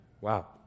Wow